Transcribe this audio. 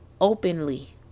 Openly